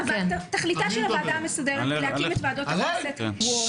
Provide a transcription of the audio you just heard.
תכליתה של הוועדה המסדרת היא להקים את ועדות הכנסת הקבועות.